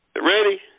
Ready